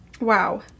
wow